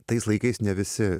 tais laikais ne visi